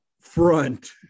front